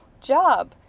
job